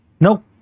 nope